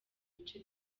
bice